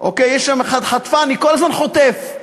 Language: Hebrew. יש שם אחד, חטפני, כל הזמן חוטף.